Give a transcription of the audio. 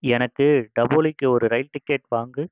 எனக்கு டபோலிக்கு ஒரு ரயில் டிக்கெட் வாங்கு